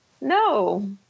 No